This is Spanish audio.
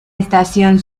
estación